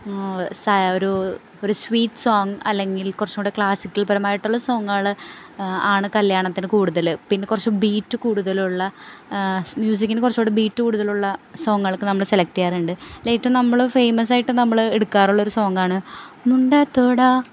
ഒരു ഒരു sweet song അല്ലെങ്കിൽ കുറച്ചുകൂടെ ക്ലാസിക്കൽ പരമായിട്ടുള്ള സോങ്ങുകൾ ആണ് കല്യാണത്തിന് കൂടുതൽ പിന്നെ കുറച്ച് ബീറ്റ് കൂടുതലുള്ള മ്യൂസിക്കിനു കുറച്ചുകൂടെ ബീറ്റ് കൂടുതലുള്ള സോങ്ങുകളൊക്കെ നമ്മൾ സെലക്ട് ചെയ്യാറുണ്ട് ഏറ്റവും നമ്മൾ ഫെയിമസ് ആയിട്ട് നമ്മൾ എടുക്കാറുള്ളൊരു സോങ്ങ് ആണ് മുണ്ട തോട